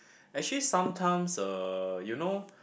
actually sometimes uh you know